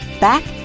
back